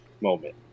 Moment